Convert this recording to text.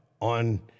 on